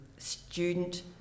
student